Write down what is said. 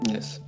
Yes